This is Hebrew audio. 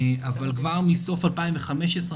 אבל כבר מסוף 2015,